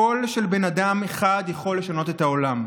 קול של בן אדם אחד יכול לשנות את העולם.